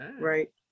right